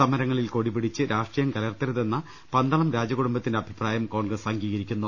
സമരങ്ങളിൽ കൊടിപിടിച്ച് രാഷ്ട്രീയം കലർത്തരുതെന്ന പന്തളം രാജകുടുംബത്തിന്റെ അഭിപ്രായം കോൺഗ്രസ് അംഗീകരിക്കുന്നു